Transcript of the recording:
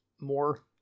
More